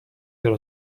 your